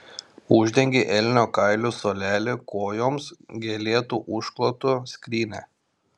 uždengei elnio kailiu suolelį kojoms gėlėtu užklotu skrynią